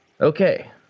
Okay